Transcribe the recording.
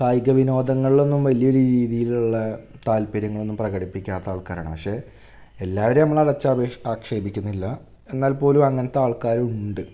കായികവിനോദങ്ങളിലൊന്നും വലിയ രീതിയിലുള്ള താത്പര്യങ്ങളൊന്നും പ്രകടിപ്പിക്കാത്ത ആള്ക്കാരാണ് പക്ഷെ എല്ലാവരെയും നമ്മൾ അടച്ചപേശ് ആക്ഷേപിക്കുന്നില്ല എന്നാല്പ്പോലും അങ്ങനത്തെ ആള്ക്കാരുണ്ട്